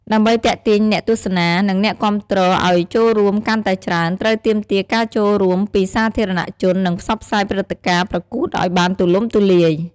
ដើម្បីទាក់ទាញអ្នកទស្សនា នឹងអ្នកគាំទ្រឲ្យចូលរួមកាន់តែច្រើន ត្រូវទាមទារការចូលរួមពីសាធារណជន និងផ្សព្វផ្សាយព្រឹត្តិការណ៍ប្រកួតឲ្យបានទូលំទូលាយ ។